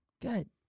good